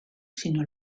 sino